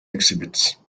exhibits